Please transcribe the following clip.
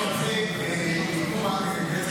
מענה.